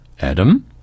Adam